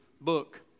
book